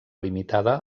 limitada